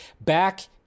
back